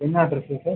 என்ன அட்ரெஸ்ஸுக்கு சார்